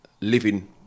living